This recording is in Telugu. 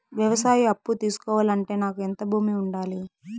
వ్యవసాయ అప్పు తీసుకోవాలంటే నాకు ఎంత భూమి ఉండాలి?